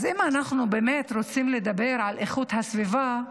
אז אם אנחנו רוצים לדבר על איכות הסביבה,